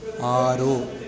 ಆರು